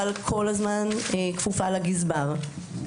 אבל כל הזמן כפופה לגזבר.